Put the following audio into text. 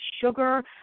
sugar